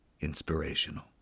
inspirational